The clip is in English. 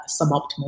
suboptimal